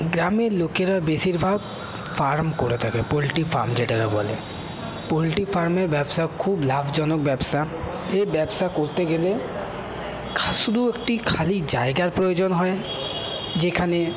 গ্রামের লোকেরা বেশিরভাগ ফার্ম করে থাকে পোলট্রি ফার্ম যেটাকে বলে পোলট্রি ফার্মের ব্যবসা খুব লাভজনক ব্যবসা এই ব্যবসা করতে গেলে শুধু একটি খালি জায়গার প্রয়োজন হয় যেখানে